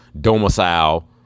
domicile